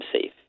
safe